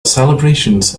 celebrations